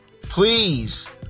please